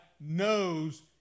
knows